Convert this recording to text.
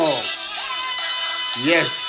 Yes